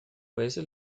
veces